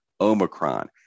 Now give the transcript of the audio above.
Omicron